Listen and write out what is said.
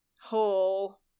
whole